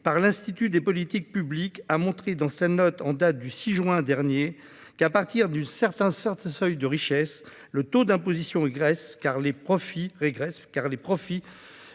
L'Institut des politiques publiques a montré, dans sa note en date du 6 juin dernier, que, à partir d'un certain seuil de richesse, le taux d'imposition régresse, car les profits que les ultra-riches